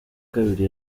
kabiri